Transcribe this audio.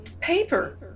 paper